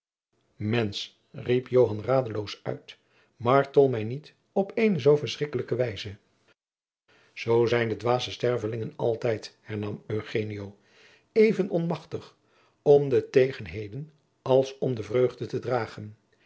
mensch riep joan radeloos uit martel mij niet op eene zoo verschrikkelijke wijze jacob van lennep de pleegzoon zoo zijn de dwaze stervelingen altijd hernam eugenio even onmachtig om de tegenheden als om de vreugde te dragen